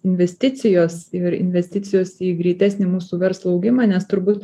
investicijos ir investicijos į greitesnį mūsų verslo augimą nes turbūt